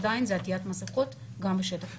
עדין זה עטית מסיכות גם בשטח הציבורי.